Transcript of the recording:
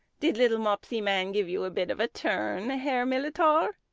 did little mopsy man give you a bit of a turn, herr militar?